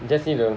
just need to